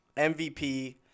MVP